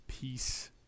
Peace